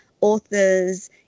authors